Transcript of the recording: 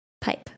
Pipe